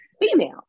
female